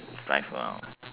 drive around